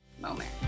moment